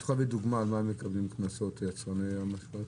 את יכולה לתת דוגמה על מה מקבלים קנסות יצרני המשקאות?